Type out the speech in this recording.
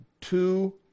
two